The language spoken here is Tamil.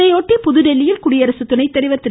இதையொட்டி புதுதில்லியில் குடியரசு துணைத்தலைவர் திரு